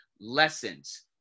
Lessons